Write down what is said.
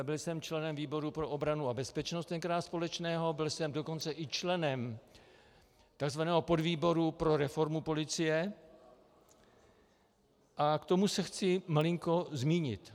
Byl jsem členem výboru pro obranu a bezpečnost, tenkrát byl společný, byl jsem dokonce i členem takzvaného podvýboru pro reformu policie a k tomu se chci malinko zmínit.